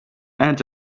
end